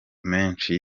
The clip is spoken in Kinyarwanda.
menshi